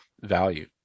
value